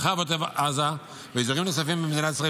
מרחב עוטף עזה ואזורים נוספים במדינת ישראל